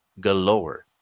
galore